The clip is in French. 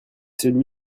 celui